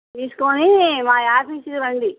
తీసుకుని మా ఆపీసుకి రండి